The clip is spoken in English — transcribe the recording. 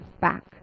back